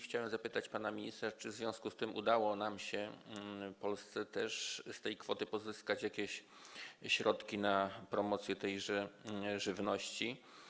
Chciałem zapytać pana ministra, czy w związku z tym udało się nam, Polsce, z tej kwoty pozyskać jakieś środki na promocję tejże żywności.